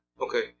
Okay